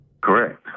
Correct